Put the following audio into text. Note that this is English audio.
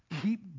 Keep